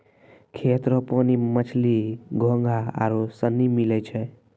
खेत रो पानी मे मछली, घोंघा आरु सनी मिलै छै